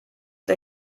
der